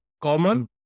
common